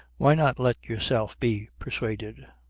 why not let yourself be persuaded?